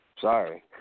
Sorry